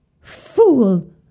Fool